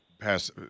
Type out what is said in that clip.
pass